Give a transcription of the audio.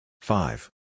five